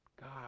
God